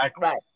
Right